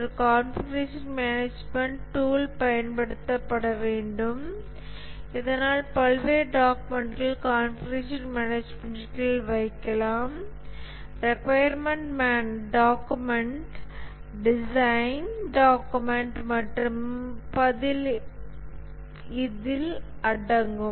ஒரு configuration management tool பயன்படுத்தப்பட வேண்டும் இதனால் பல்வேறு டாக்குமென்ட்களை கான்ஃபிகுரேஷன் மேனேஜ்மென்ட்டின் கீழ் வைக்கலாம் ரிக்கொயர்மென்ட் டாக்குமெண்ட் டிசைன் டாக்குமெண்ட் மற்றும் பல இதில் அடங்கும்